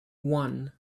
one